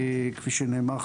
כפי שנאמר,